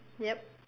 yup